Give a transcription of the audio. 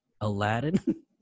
Aladdin